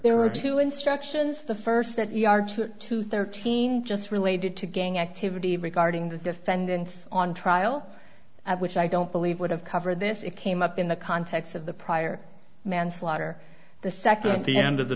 there were two instructions the first that you are to thirteen just related to gang activity regarding the defendant on trial which i don't believe would have covered this it came up in the context of the prior manslaughter the second at the end of the